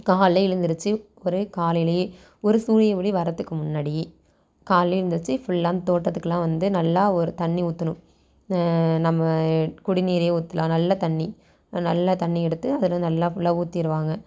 காலையில் எழுந்திருச்சி ஒரு காலையிலேயே ஒரு சூரிய ஒளி வர்றதுக்கு முன்னாடியே காலைலே எழுந்திருச்சி ஃபுல்லாக தோட்டத்துக்கெலாம் வந்து நல்லா ஒரு தண்ணி ஊற்றணும் நம்ம குடிநீரையும் ஊற்றலாம் நல்ல தண்ணி நல்ல தண்ணியை எடுத்து அதில் நல்லா ஃபுல்லாக ஊத்திடுவாங்க